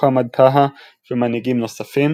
מחמד טהאה ומנהיגים נוספים,